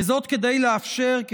וזאת כדי לאפשר לוועדה,